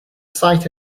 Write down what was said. sight